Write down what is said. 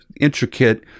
intricate